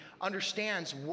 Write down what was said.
understands